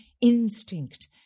instinct